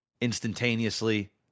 Instantaneously